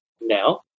now